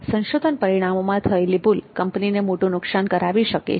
સંશોધન પરિણામોમાં થયેલી ભૂલ કંપનીની મોટું નુકસાન કરાવી શકે છે